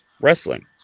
wrestling